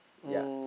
yea